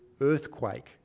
earthquake